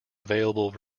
available